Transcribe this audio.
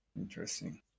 interesting